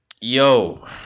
Yo